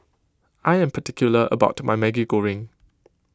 I am particular about my Maggi Goreng